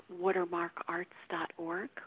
watermarkarts.org